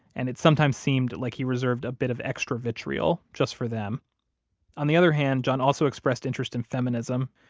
and it sometimes seemed like he reserved a bit of extra vitriol just for them on the other hand, john also expressed interest in feminism,